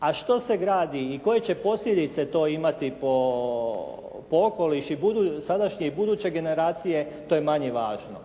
A što se gradi i koje će posljedice to imati po okoliš i sadašnje i buduće generacije to je manje važno.